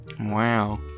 Wow